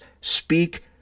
speak